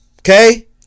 Okay